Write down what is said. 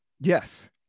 Yes